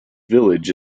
village